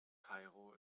kairo